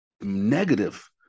negative